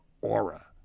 aura